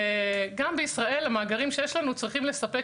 גם בישראל המאגרים שיש לנו צריכים לספק